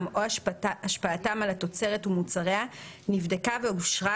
או השפעתם על התוצרת ומוצריה נבדקה ואושרה,